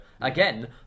again